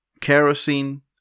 kerosene